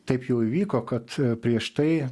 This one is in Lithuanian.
taip jau įvyko kad prieš tai